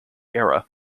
era